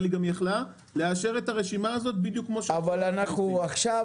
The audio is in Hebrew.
אבל היא גם יכלה לאשר את הרשימה הזו בדיוק כפי שאנחנו עושים עכשיו.